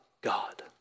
God